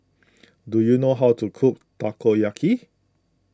do you know how to cook Takoyaki